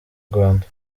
rwanda